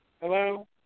Hello